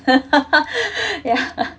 yeah